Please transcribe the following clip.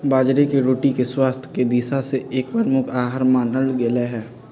बाजरे के रोटी के स्वास्थ्य के दिशा से एक प्रमुख आहार मानल गयले है